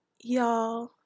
Y'all